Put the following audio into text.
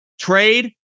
Trade